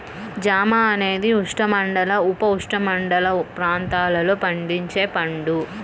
జామ అనేది ఉష్ణమండల, ఉపఉష్ణమండల ప్రాంతాలలో పండించే పండు